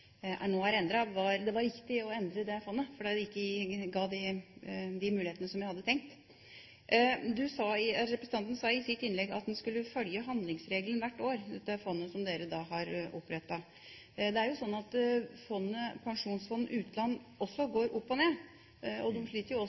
Jeg legger merke til at representanten innrømmer at det var riktig å endre det fondet fordi det ikke ga de mulighetene som vi hadde tenkt. Representanten sa i sitt innlegg at en skulle følge handlingsregelen hvert år når det gjelder det fondet som dere har opprettet. Det er jo slik at Statens pensjonsfond utland også går opp og ned, og de sliter jo også